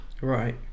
Right